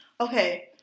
Okay